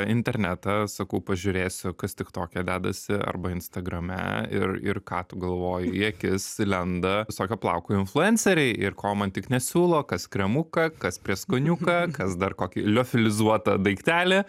internetą sakau pažiūrėsiu kas tiktoke dedasi arba instagrame ir ir ką tu galvoji į akis lenda visokio plauko influenceriai ir ko man tik nesiūlo kas kremuką kas prieskoniuką kas dar kokį liofilizuotą daiktelį